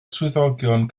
swyddogion